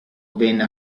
venne